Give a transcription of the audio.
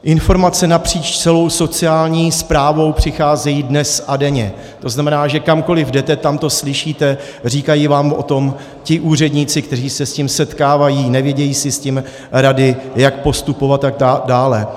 Informace napříč celou sociální správou přicházejí dnes a denně, to znamená, že kamkoli jdete, tam to slyšíte, říkají vám o tom ti úředníci, kteří se s tím setkávají, nevědí si s tím rady, jak postupovat, a tak dále.